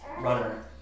runner